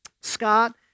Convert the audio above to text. Scott